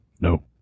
No